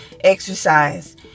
exercise